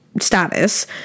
status